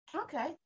okay